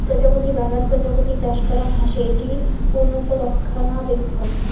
প্রজাপতি বাগান প্রজাপতি চাষ করাং হসে, এটি উন্নত রক্ষণাবেক্ষণ